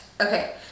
Okay